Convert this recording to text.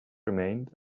remained